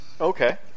Okay